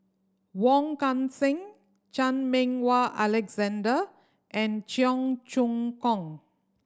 Wong Kan Seng Chan Meng Wah Alexander and Cheong Choong Kong